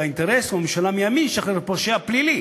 אינטרס או ממשלה מימין תשחרר פושע פלילי